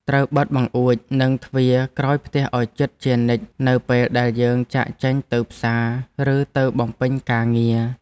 ត្រូវបិទបង្អួចនិងទ្វារក្រោយផ្ទះឱ្យជិតជានិច្ចនៅពេលដែលយើងចាកចេញទៅផ្សារឬទៅបំពេញការងារ។